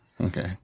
okay